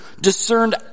discerned